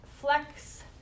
flex